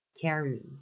Carry